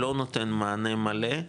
לא נותן מענה מלא,